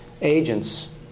agents